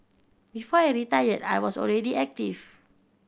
before I retired I was already active